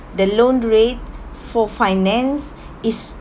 the loan rate for finance is